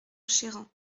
chéran